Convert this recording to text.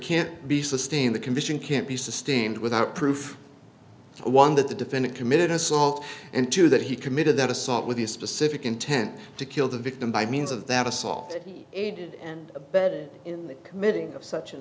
can't be sustained the condition can't be sustained without proof one that the defendant committed assault and two that he committed that assault with a specific intent to kill the victim by means of that assault a